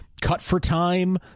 cut-for-time